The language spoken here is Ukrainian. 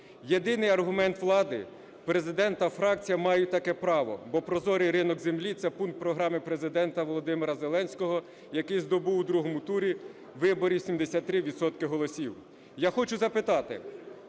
Єдиний аргумент влади: Президент та фракція мають таке право, бо прозорий ринок землі - це пункт програми Президента Володимира Зеленського, який здобув у другому турі виборів 73 відсотки